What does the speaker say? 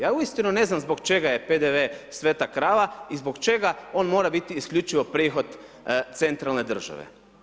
Ja uistinu ne znam zbog čega je PDV sveta krava i zbog čega on mora biti isključivo prihod centralne države.